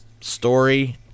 Story